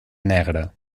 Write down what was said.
negre